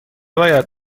باید